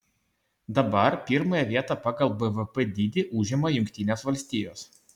dabar pirmąją vietą pagal bvp dydį užima jungtinės valstijos